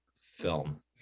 film